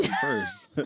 first